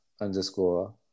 underscore